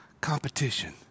competition